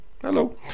Hello